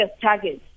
targets